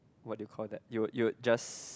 what do you call that you would you would just